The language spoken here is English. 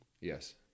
Yes